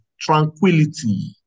tranquility